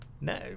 No